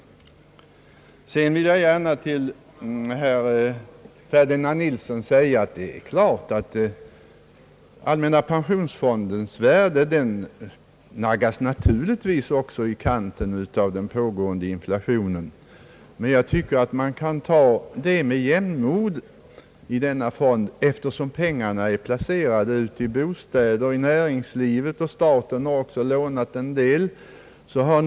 Jag vill gärna till herr Ferdinand Nilsson säga att det är klart att allmänna pensionsfondens värde naggas i kanten av den pågående inflationen, men jag tycker att vi bör kunna ta detta med jämnmod, eftersom pengarna i fonden är placerade i bostäder och i näringslivet — staten har också lånat en del av dem.